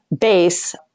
base